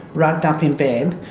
rugged up in bed,